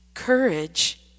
Courage